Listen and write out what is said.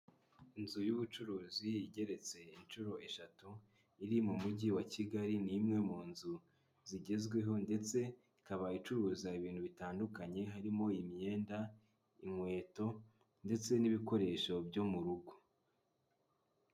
Inzu y'ubucuruzi igeretse inshuro eshatu, iri mu mujyi wa Kigali ni imwe mu nzu zigezweho ndetse ikaba icuruza ibintu bitandukanye, harimo imyenda inkweto ndetse n'ibikoresho byo mu rugo.